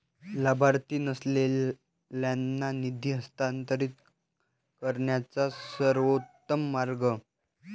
लाभार्थी नसलेल्यांना निधी हस्तांतरित करण्याचा सर्वोत्तम मार्ग